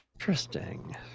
Interesting